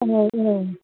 औ औ